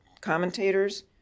commentators